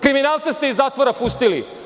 Kriminalce ste iz zatvora pustili.